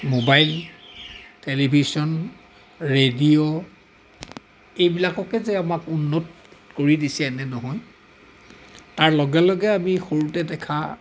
mobile television radio এইবিলাককে যে আমাক উন্নত কৰি দিছে এনে নহয় তাৰ লগে লগে আমি সৰুতে দেখা